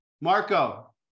Marco